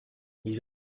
ils